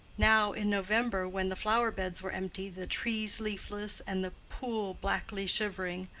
now, in november, when the flower-beds were empty, the trees leafless, and the pool blackly shivering,